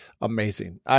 amazing